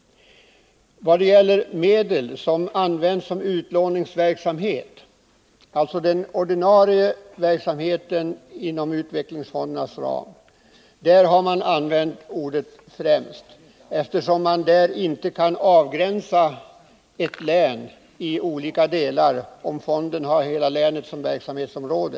Vad gäller medlen som används till utlåningsverksamhet, dvs. den ordinarie verksamheten inom utvecklingsfondernas ram, har man använt ordet ”främst”, eftersom man kan avgränsa ett län i olika delar om fonden har hela länet som verksamhetsområde.